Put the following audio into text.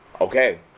okay